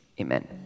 Amen